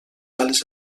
ales